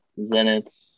Zenit